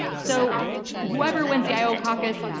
so whoever wins the iowa caucus,